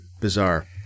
bizarre